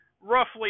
roughly